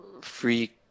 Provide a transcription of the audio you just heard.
free